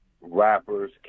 rappers